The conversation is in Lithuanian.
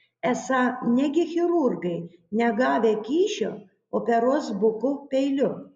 esą negi chirurgai negavę kyšio operuos buku peiliu